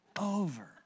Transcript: over